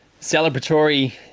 celebratory